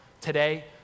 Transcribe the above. today